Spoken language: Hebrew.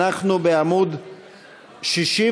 אנחנו בעמוד 63,